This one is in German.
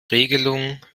regelung